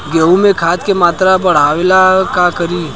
गेहूं में खाद के मात्रा बढ़ावेला का करी?